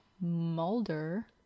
Mulder